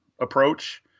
approach